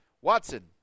Watson